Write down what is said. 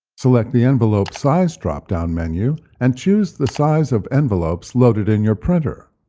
select the envelope size drop-down menu and choose the size of envelopes loaded in your printer.